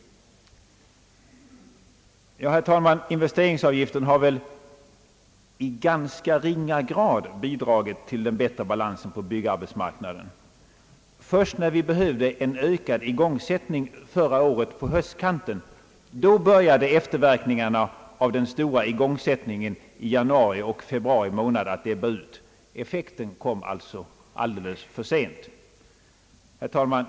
Investeringsavgiften har väl i ganska ringa grad bidragit till den bättre balansen på byggarbetsmarknaden. Först när vi på höstkanten förra året behövde en ökad igångsättning började efterverkningarna av den stora igångsättningen i januari och februari att ebba ut. Effekten kom alltså för sent. Herr talman!